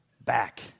back